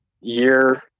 year